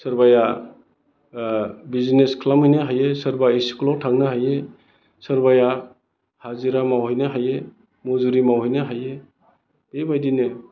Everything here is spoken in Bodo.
सोरबाया बिजिनेस खालामहैनो हायो सोरबा इस्कुलाव थांनो हायो सोरबाया हाजिरा मावहैनो हायो मजुरि मावहैनो हायो बेबायदिनो